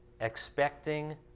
expecting